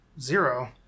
zero